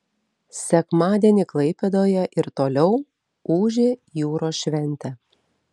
sekmadienį klaipėdoje ir toliau ūžė jūros šventė